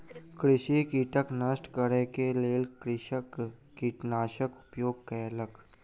कृषि कीटक नष्ट करै के लेल कृषक कीटनाशकक उपयोग कयलक